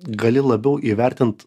gali labiau įvertint